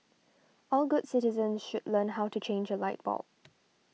all good citizens should learn how to change a light bulb